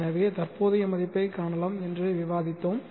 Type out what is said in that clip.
எனவே தற்போதைய மதிப்பை காணலாம் என்று விவாதித்தோம்